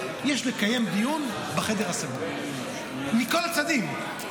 יש לקיים דיון בחדר הסגור מכל הצדדים,